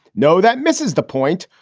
no, that misses the point,